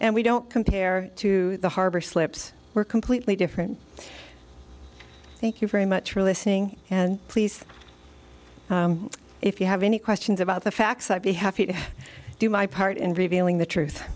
and we don't compare to the harbor slips were completely different thank you very much for listening and please if you have any questions about the facts i'd be happy to do my part in revealing the truth